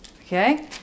Okay